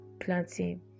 planting